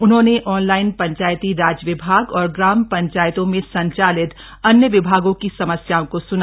उन्होंने ऑनलाइन पंचायती राज विभाग और ग्राम पंचायतों में संचालित अन्य विभागों की समस्याओं को स्ना